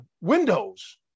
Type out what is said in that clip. windows